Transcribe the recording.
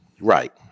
Right